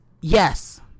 yes